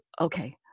okay